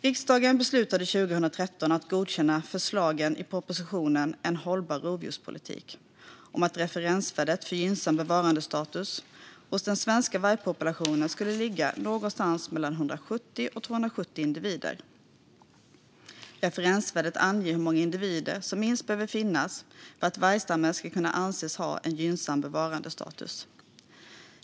Riksdagen beslutade 2013 att godkänna förslagen i propositionen En hållbar rovdjurspolitik om att referensvärdet för gynnsam bevarandestatus hos den svenska vargpopulationen skulle ligga någonstans mellan 170 och 270 individer. Referensvärdet anger hur många individer som minst behöver finnas för att vargstammen ska kunna anses ha en gynnsam bevarandestatus.